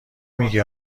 میگی